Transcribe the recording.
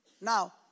Now